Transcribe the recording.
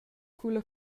culla